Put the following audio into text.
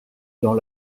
dans